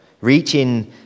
reaching